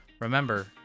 remember